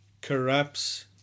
corrupts